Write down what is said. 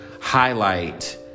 highlight